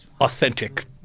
authentic